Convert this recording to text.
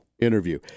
interview